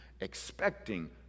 expecting